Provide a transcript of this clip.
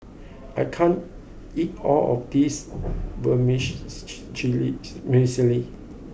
I can't eat all of this